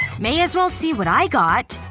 may as well see what i got.